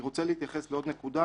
אני רוצה להתייחס לעוד נקודה